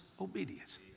obedience